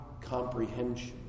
comprehension